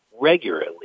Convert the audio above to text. regularly